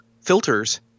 filters